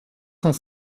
cent